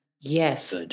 Yes